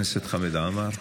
חבר הכנסת חמד עמאר?